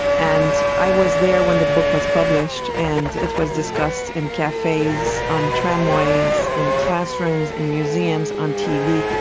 and i was there when the book was published and it was discussed in cafes, on tramways, in classrooms and museums, on tv,